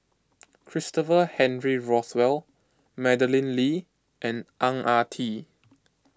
Christopher Henry Rothwell Madeleine Lee and Ang Ah Tee